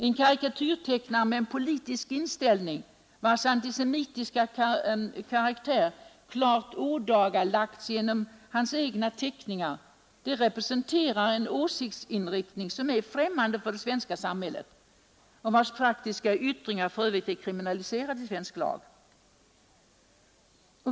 En karikatyrtecknare med en politisk inställning, vars antisemitiska karaktär klart ådagalagts genom hans egna teckningar, representerar en åsiktsinriktning som är främmande för det svenska samhället och vars praktiska yttringar är kriminaliserade i svensk lag.